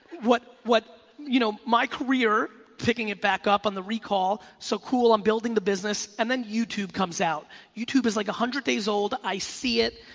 what what you know my career picking it back up on the recall, so cool i'm building the business and then youtube comes out, youtube is like one hundred days old, i see it.